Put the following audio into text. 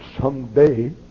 someday